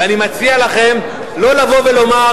ואני מציע לכם לא לבוא ולומר: